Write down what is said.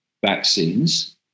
vaccines